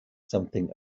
something